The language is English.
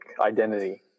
identity